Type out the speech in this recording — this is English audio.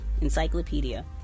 encyclopedia